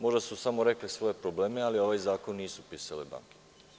Možda su samo rekle svoje probleme, ali ovaj zakon nisu pisale banke.